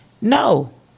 No